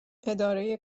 اداره